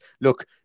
look